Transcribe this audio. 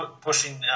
pushing